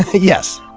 ah yes,